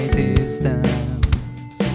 distance